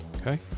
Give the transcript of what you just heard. Okay